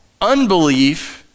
unbelief